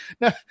no